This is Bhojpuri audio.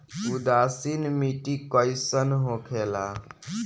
उदासीन मिट्टी कईसन होखेला?